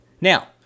now